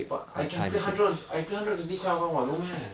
but I can play hundred I play hundred and twenty quite well what no meh